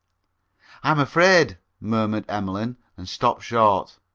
i'm afraid murmured emmeline, and stopped short.